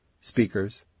speakers